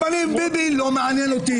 ביבי לא מעניין אותי.